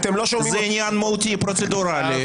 זה עניין מהותי פרוצדורלי.